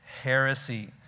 heresy